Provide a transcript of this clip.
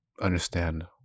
understand